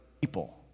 people